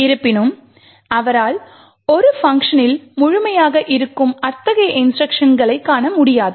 இருப்பினும் அவரால் ஒரு பங்க்ஷனில் முழுமையாக இருக்கும் அத்தகைய இன்ஸ்ட்ருக்ஷன்களை காண முடியாது